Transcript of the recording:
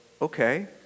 okay